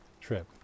trip